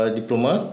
diploma